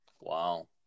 Wow